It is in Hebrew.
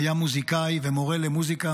היה מוזיקאי ומורה למוזיקה,